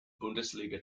bundesliga